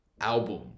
album